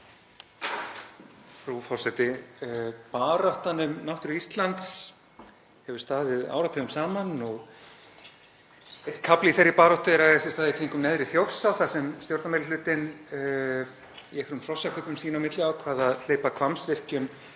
Frú forseti. Baráttan um náttúru Íslands hefur staðið áratugum saman og kafli í þeirri baráttu er að eiga sér stað í kringum neðri hluta Þjórsár þar sem stjórnarmeirihlutinn í einhverjum hrossakaupum sín á milli ákvað að hleypa Hvammsvirkjun